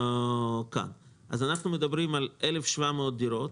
אנחנו מדברים על 1,700 דירות,